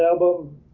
album